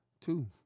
two